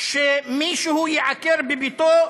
שמישהו ייעקר מביתו,